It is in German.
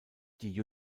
die